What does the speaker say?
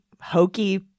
hokey